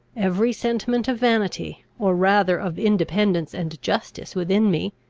every sentiment of vanity, or rather of independence and justice within me,